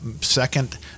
second